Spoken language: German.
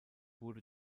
wurde